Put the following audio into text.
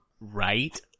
Right